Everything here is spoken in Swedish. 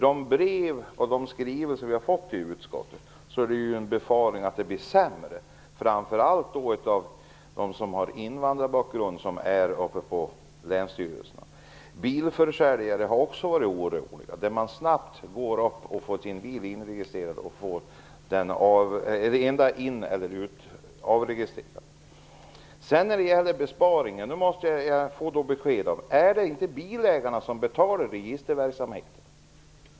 De brev och de skrivelser som vi har fått i utskottet visar att man befarar att det blir sämre på länsstyrelserna. Det gäller framför allt människor med invandrarbakgrund. Bilförsäljare är också oroliga, därför att de har kunnat gå upp dit och snabbt få bilar inregistrerade och avregistrerade. När det gäller besparingen måste jag få ett besked: Är det inte bilägarna som betalar registerverksamheten?